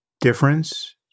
difference